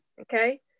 Okay